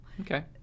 Okay